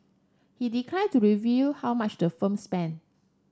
he declined to reveal how much the firm spent